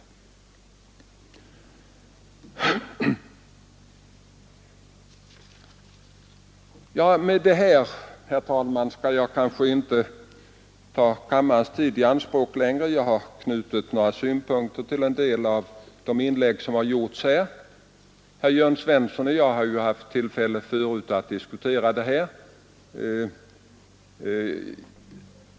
Efter att ha sagt detta, herr talman, skall jag kanske inte längre ta kammarens tid i anspråk. Jag har knutit några synpunkter till en del av de inlägg som gjorts här. Herr Jörn Svensson och jag har ju förut haft tillfälle att diskutera detta.